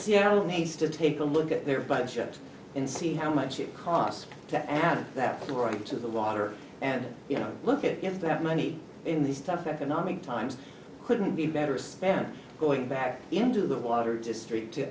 seattle needs to take a look at their budget and see how much it costs to add that for each of the water and you know look at if that money in these tough economic times couldn't be better spent going back into the water district to